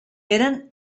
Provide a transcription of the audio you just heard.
eren